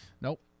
nope